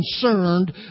concerned